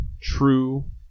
true